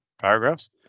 paragraphs